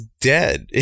dead